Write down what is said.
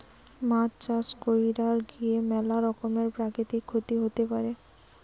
মাছ চাষ কইরার গিয়ে ম্যালা রকমের প্রাকৃতিক ক্ষতি হতে পারে